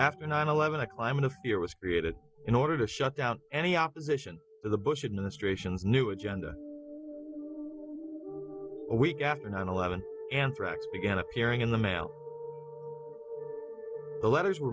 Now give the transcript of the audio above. after nine eleven a climate of fear was created in order to shut down any opposition the bush administration's new agenda a week after nine eleven anthrax began appearing in the mail the letters were